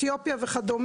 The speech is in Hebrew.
אתיופיה וכד',